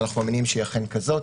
ואנחנו מאמינים שהיא אכן כזאת,